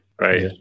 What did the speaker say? right